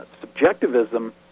subjectivism